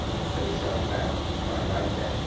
so shalt thou, by thy death,